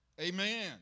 Amen